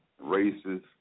racist